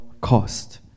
cost